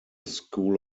school